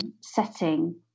setting